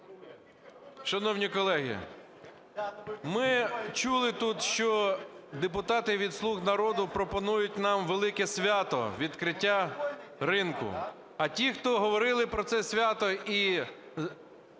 Шановні колеги, ми чули тут, що депутати від "слуг народу" пропонують нам велике свято – відкриття ринку. А ті, хто говорили про це свято і